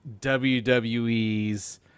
WWE's